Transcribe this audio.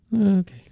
Okay